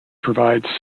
provide